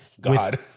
God